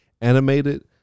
animated